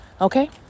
okay